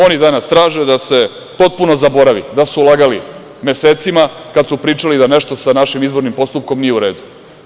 Oni danas traže da se potpuno zaboravi da su lagali mesecima kad su pričali da nešto sa našim izbornim postupkom nije u redu.